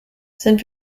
sind